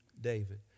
David